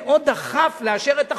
מאוד דחף לאשר את החוק,